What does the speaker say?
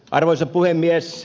arvoisa puhemies